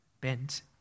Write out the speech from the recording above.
bent